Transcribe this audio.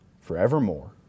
forevermore